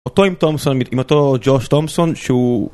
אותו עם תומסון, מאותו ג'וש תומסון שהוא...